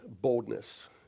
boldness